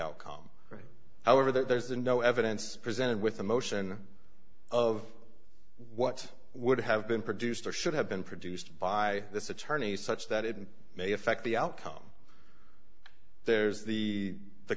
outcome however there's no evidence presented with a motion of what would have been produced or should have been produced by this attorney such that it may affect the outcome there's the the